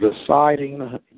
deciding